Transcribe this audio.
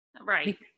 Right